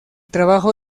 trabajo